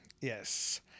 Yes